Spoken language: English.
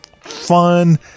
fun